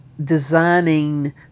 designing